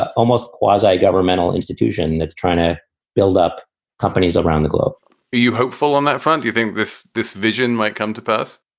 ah almost quasi governmental institution that's trying to build up companies around the globe are you hopeful on that front? you think this this vision might come to pass?